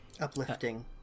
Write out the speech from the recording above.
Uplifting